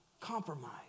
compromise